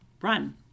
run